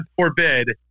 forbid